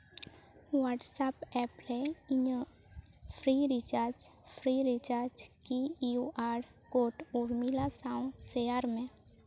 WhatsApp app ᱨᱮ ᱤᱧᱟᱹᱜ free recharge free recharge Q R code Urmila ᱥᱟᱶ ᱥᱮᱭᱟᱨ ᱢᱮ